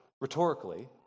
Rhetorically